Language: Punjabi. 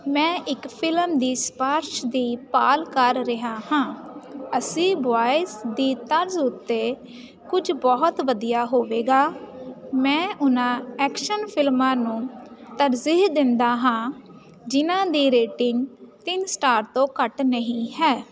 ਮੈਂ ਇੱਕ ਫਿਲਮ ਦੀ ਸਿਫਾਰਸ਼ ਦੀ ਭਾਲ ਕਰ ਰਿਹਾ ਹਾਂ ਅਸੀਂ ਬੋਆਇਸ ਦੀ ਤਰਜ਼ ਉੱਤੇ ਕੁਝ ਬਹੁਤ ਵਧੀਆ ਹੋਵੇਗਾ ਮੈਂ ਉਹਨਾਂ ਐਕਸ਼ਨ ਫਿਲਮਾਂ ਨੂੰ ਤਰਜੀਹ ਦਿੰਦਾ ਹਾਂ ਜਿਨ੍ਹਾਂ ਦੀ ਰੇਟਿੰਗ ਤਿੰਨ ਸਟਾਰ ਤੋਂ ਘੱਟ ਨਹੀਂ ਹੈ